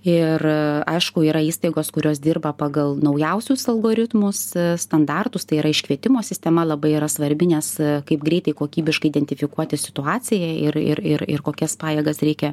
ir aišku yra įstaigos kurios dirba pagal naujausius algoritmus standartus tai yra iškvietimo sistema labai yra svarbi nes kaip greitai kokybiškai identifikuoti situaciją ir ir ir ir kokias pajėgas reikia